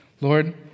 Lord